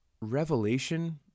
revelation